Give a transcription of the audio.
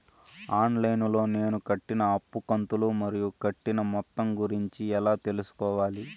On line లో నేను కట్టిన అప్పు కంతులు మరియు కట్టిన మొత్తం గురించి ఎలా తెలుసుకోవాలి?